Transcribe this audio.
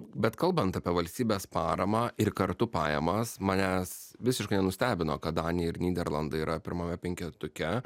bet kalbant apie valstybės paramą ir kartu pajamas manęs visiškai nenustebino kad danija ir nyderlandai yra pirmame penketuke